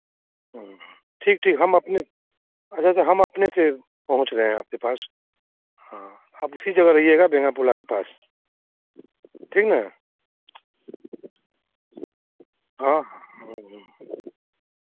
ठीक ठीक हम अपने अच्छा अच्छा हम अपने से पहुँच रहे आपके पास हाँ आप उसी जगह रहिएगा देनापुला के पास ठीक ना हाँ हाँ हाँ